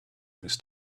this